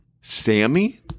Sammy